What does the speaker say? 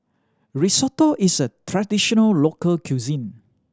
risotto is a traditional local cuisine